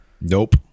Nope